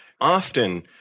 Often